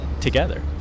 together